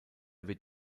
wird